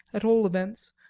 at all events,